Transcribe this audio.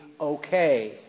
okay